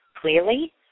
clearly